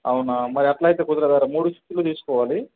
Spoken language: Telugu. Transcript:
అవునా మరి అట్లా అయితే కుదరదు కదా మూడు స్విచ్లు తీసుకోవాలి